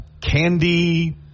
candy